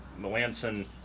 Melanson